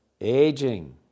aging